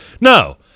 no